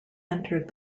entered